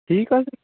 ঠিক আছে